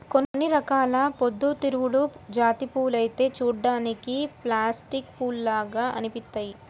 కొన్ని రకాల పొద్దుతిరుగుడు జాతి పూలైతే చూడ్డానికి ప్లాస్టిక్ పూల్లాగా అనిపిత్తయ్యి